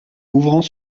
ouvrant